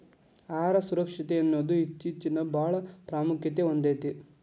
ಆಹಾರ ಸುರಕ್ಷತೆಯನ್ನುದು ಇತ್ತೇಚಿನಬಾಳ ಪ್ರಾಮುಖ್ಯತೆ ಹೊಂದೈತಿ